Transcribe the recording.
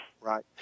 Right